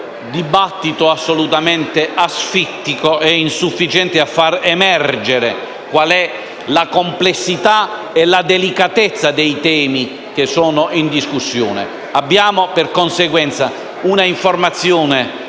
dibattito assolutamente asfittico e insufficiente a far emergere la complessità e la delicatezza dei temi in discussione. Abbiamo di conseguenza un'informazione